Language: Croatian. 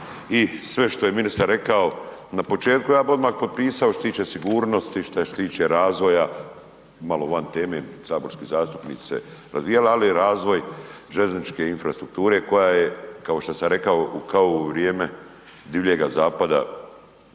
I sve što je ministar rekao na početku ja bih odmah potpisao što se tiče sigurnosti, što se tiče razvoja, malo van teme saborskih zastupnika, ali razvoj željezničke infrastrukture koja je kao što sam rekao kao u vrijeme Divljega zapada